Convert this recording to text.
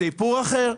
זה סיפור אחר.